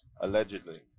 Allegedly